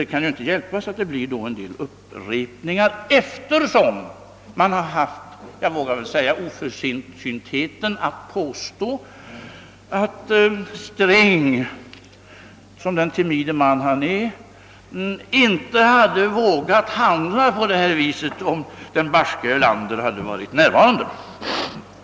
Det kan inte undvikas att det blir en del upprepningar, eftersom man — jag vill beteckna det så — haft oförsyntheten att påstå att herr Sträng, som den timide man han är, inte skulle ha vågat handla som han gjorde, om den barske Erlander varit närvarande.